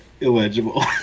illegible